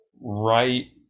right